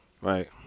Right